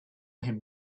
him